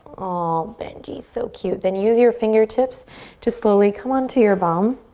ah, benji's so cute. then use your fingertips to slowly come onto your bum.